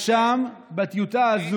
ושם, בטיוטה הזו,